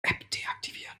deaktivieren